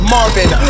Marvin